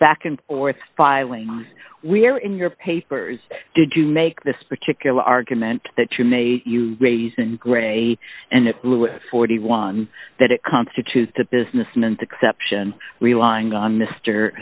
back and forth filing we're in your papers did you make this particular argument that you made raising grey and it blew a forty one that it constitutes a business meant exception relying on mr